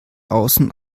außen